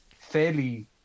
fairly